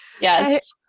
Yes